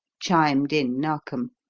chimed in narkom.